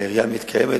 והעירייה מתקיימת,